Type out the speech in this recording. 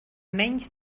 menys